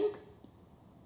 ~ink